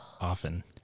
often